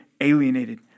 alienated